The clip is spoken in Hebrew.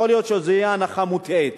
יכול להיות שזו תהיה הנחה מוטעית.